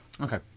Okay